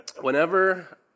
whenever